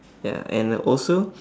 ya and also